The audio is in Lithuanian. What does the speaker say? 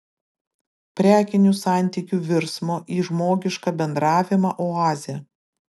prekinių santykių virsmo į žmogišką bendravimą oazė